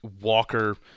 Walker